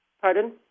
Pardon